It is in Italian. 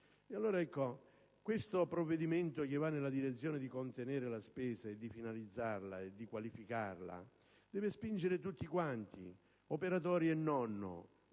di cura. Questo provvedimento, che va in direzione di contenere la spesa, di finalizzarla e qualificarla, deve spingere tutti quanti, operatori e non,